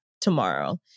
tomorrow